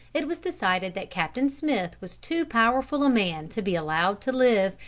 it was decided that captain smith was too powerful a man to be allowed to live,